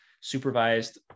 supervised